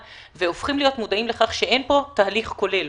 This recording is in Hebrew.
והופכים להיות מודעים לכך שאין פה תהליך כולל,